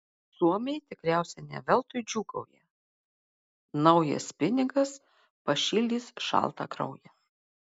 suomiai tikriausiai ne veltui džiūgauja naujas pinigas pašildys šaltą kraują